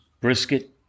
brisket